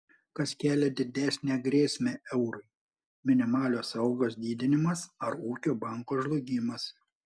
kas kelia didesnę grėsmę eurui minimalios algos didinimas ar ūkio banko žlugimas